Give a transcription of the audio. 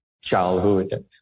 childhood